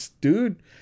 dude